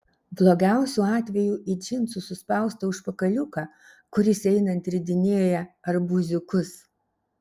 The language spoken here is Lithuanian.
blogiausiu atveju į džinsų suspaustą užpakaliuką kuris einant ridinėja arbūziukus